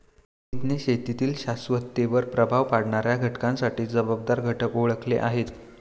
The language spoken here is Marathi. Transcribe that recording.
रोहनने शेतीतील शाश्वततेवर प्रभाव पाडणाऱ्या घटकांसाठी जबाबदार घटक ओळखले आहेत